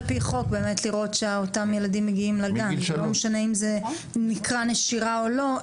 זה לא משנה אם זה נקרא נשירה או לא,